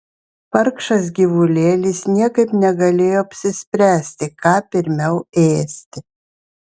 vargšas gyvulėlis niekaip negalėjo apsispręsti ką pirmiau ėsti